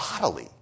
bodily